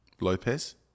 Lopez